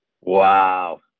Wow